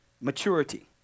maturity